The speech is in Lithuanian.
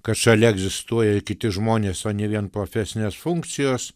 kad šalia egzistuoja ir kiti žmonės o ne vien profesinės funkcijos